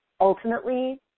ultimately